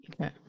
okay